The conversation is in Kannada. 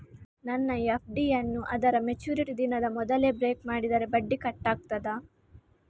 ನನ್ನ ಎಫ್.ಡಿ ಯನ್ನೂ ಅದರ ಮೆಚುರಿಟಿ ದಿನದ ಮೊದಲೇ ಬ್ರೇಕ್ ಮಾಡಿದರೆ ಬಡ್ಡಿ ಕಟ್ ಆಗ್ತದಾ?